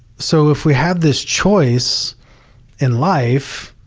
so if we have this choice in life,